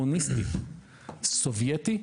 קומוניסטי, סובייטי,